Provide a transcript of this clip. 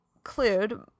include